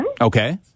Okay